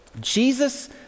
Jesus